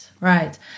right